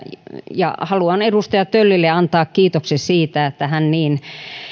haluan edustaja töllille antaa kiitoksen siitä että hän